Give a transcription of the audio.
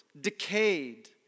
decayed